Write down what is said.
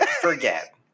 forget